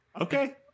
Okay